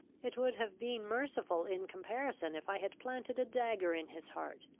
it would have been merciful in comparison, if i had planted a dagger in his heart.